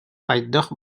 хайдах